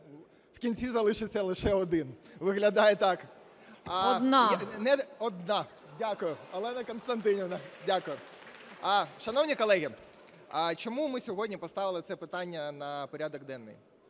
в кінці залишиться лише один, виглядає так. ГОЛОВУЮЧА. Одна. ЖЕЛЕЗНЯК Я.І. Одна. Дякую. Олена Костянтинівна. Дякую. Шановні колеги, чому ми сьогодні поставили це питання на порядок денний?